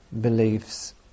beliefs